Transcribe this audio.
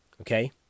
Okay